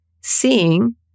seeing